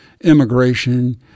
immigration